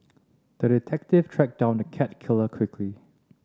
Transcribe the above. the detective tracked down the cat killer quickly